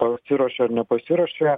pasiruošė ar nepasiruošė